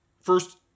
First